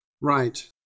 Right